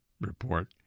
report